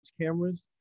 cameras